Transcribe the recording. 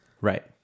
Right